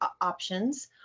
options